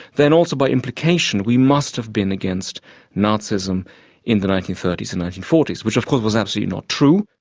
then also by implication we must have been against nazism in the nineteen thirty s and nineteen forty s. which of course was absolutely not true.